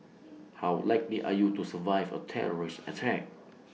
how likely are you to survive A terrorist attack